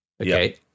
okay